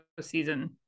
season